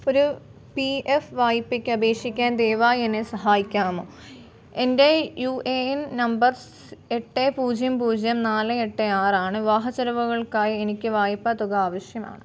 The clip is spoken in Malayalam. ഒരു പി എഫ് വായ്പയ്ക്ക് അപേക്ഷിക്കാൻ ദയവായി എന്നെ സഹായിക്കാമോ എൻ്റെ യു എ എൻ നമ്പർ സ് എട്ട് പൂജ്യം പൂജ്യം നാല് എട്ട് ആറ് ആണ് വിവാഹച്ചെലവുകൾക്കായി എനിക്ക് വായ്പ തുക ആവശ്യമാണ്